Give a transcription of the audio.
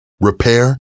repair